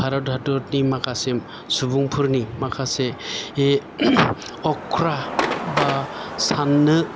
भारत हादरनि माखासे सुबुंफोरनि माखासे बे अख्रा बा साननो